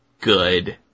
good